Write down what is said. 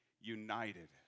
united